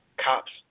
cops